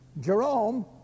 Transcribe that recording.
Jerome